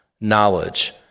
knowledge